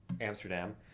Amsterdam